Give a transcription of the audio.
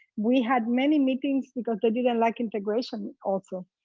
we had many meetings because they didn't like integration, also.